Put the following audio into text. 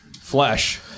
flesh